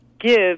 give